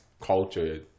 culture